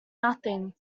nothing